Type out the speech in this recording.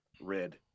red